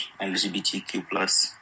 LGBTQ+